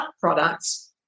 products